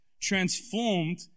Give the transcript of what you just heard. transformed